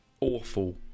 awful